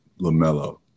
LaMelo